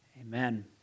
Amen